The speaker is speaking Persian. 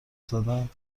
زدم